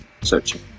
searching